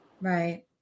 Right